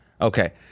Okay